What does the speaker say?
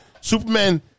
Superman